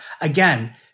Again